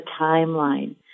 timeline